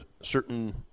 certain